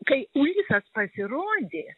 kai ulisas pasirodė